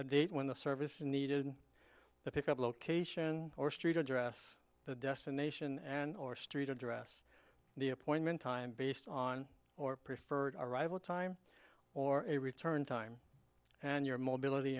date when the service is needed the pickup location or street address the destination and or street address the appointment time based on or preferred arrival time or a return time and your mobility